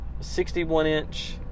61-inch